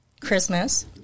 Christmas